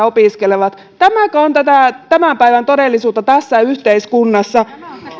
opiskelevat tämäkö on tätä tämän päivän todellisuutta tässä yhteiskunnassa